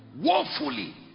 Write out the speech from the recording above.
Woefully